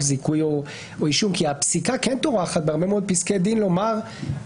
זיכוי או אישום כי הפסיקה כן טורחת בהרבה מאוד פסקי דין לעמוד